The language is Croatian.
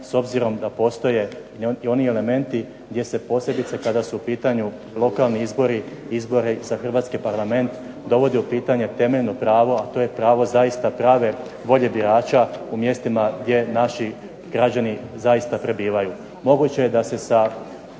s obzirom da postoje i oni elementi gdje se posebice kada su u pitanju lokalni izbori, izbori za hrvatski parlament dovodi u pitanje temeljno pravo a to je pravo zaista prave volje birača u mjestima gdje naši građani zaista prebivaju. Moguće je da se sa različitim